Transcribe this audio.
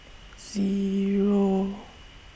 Zero